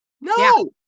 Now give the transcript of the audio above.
No